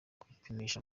kwipimisha